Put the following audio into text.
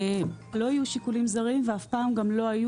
לא היו שיקולים זרים ואף פעם גם לא היו